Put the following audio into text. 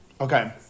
Okay